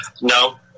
no